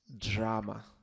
drama